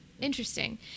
Interesting